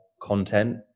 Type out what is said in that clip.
content